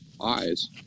eyes